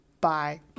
bye